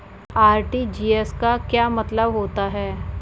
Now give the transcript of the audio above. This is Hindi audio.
आर.टी.जी.एस का क्या मतलब होता है?